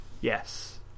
Yes